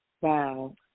Wow